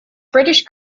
british